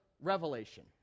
revelation